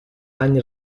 any